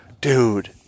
Dude